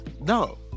No